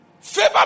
Favor